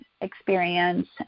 experience